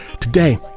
Today